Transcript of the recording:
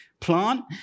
plant